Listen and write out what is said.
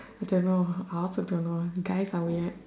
I don't know I also don't know guys are weird